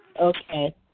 Okay